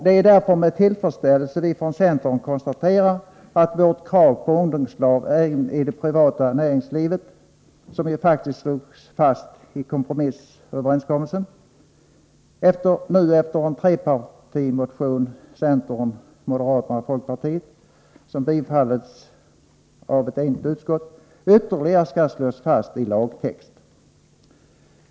Det är därför med tillfredsställelse vi från centern konstaterar att vårt krav på ungdomslag även i det privata näringslivet — som ju faktiskt slogs fast i kompromissöverenskommelsen — nu efter en trepartimotion från c, m och fp, som tillstyrkts av ett enigt utskott, ytterligare kommer att slås fast i lagtext.